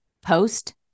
post